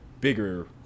bigger